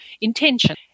intention